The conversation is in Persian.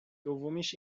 دومیش